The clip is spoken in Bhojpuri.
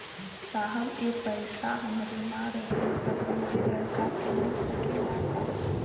साहब ए पैसा हमरे ना रहले पर हमरे लड़का के मिल सकेला का?